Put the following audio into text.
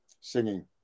singing